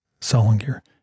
Solinger